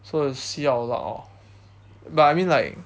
so we see our luck lor but I mean like